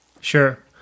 Sure